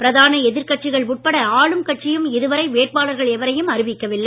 பிரதான எதிர்க்கட்சிகள் உட்பட ஆளும் கட்சியும் இதுவரை வேட்பாளர்கள் எவரையும் அறிவிக்கவில்லை